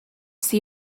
see